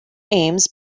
aims